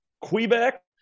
Quebec